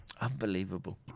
Unbelievable